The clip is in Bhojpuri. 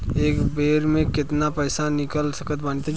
एक बेर मे केतना पैसा निकाल सकत बानी?